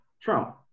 Trump